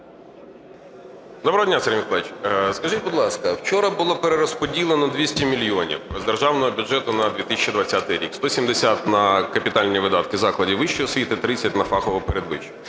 Доброго дня, Сергій Миколайович. Скажіть, будь ласка, вчора було перерозподілено 200 мільйонів з державного бюджету на 2020 рік, 170 – на капітальні видатки закладів вищої освіти, 30 – на фахову передвищу.